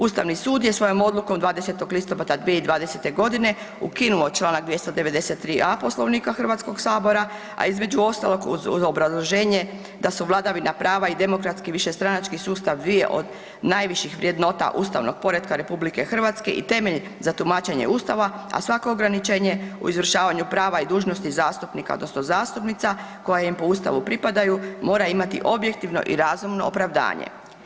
Ustavni sud je svojom odlukom 20. listopada 2020. godine ukinuo Članak 293a. Poslovnika Hrvatskoga sabora, a između ostalog uz obrazloženje da su vladavina prava i demokratski višestranački sustav dvije od najviših vrednota ustavnog poretka RH i temeljni za tumačenje Ustava, a svako ograničenje u izvršavanju prava i dužnosti zastupnika odnosno zastupnica koja im po Ustavu pripadaju mora imati objektivno i razumno opravdanje.